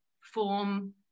form